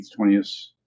20th